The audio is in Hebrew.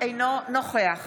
אינו נוכח